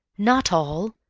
not all.